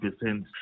percent